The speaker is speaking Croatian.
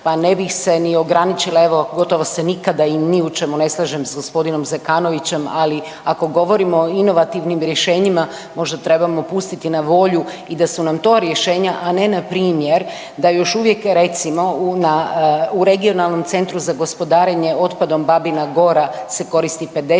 pa ne bih se ni ograničila, evo gotovo se nikada i ni u čemu ne slažem s g. Zekanovićem, ali ako govorimo o inovativnim rješenjima možda trebamo pustiti na volju i da su nam to rješenja, a ne npr. da još uvijek recimo u Regionalnom centru za gospodarenje otpadom Babina Gora se koristi 50.g.